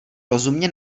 rozumně